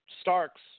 Starks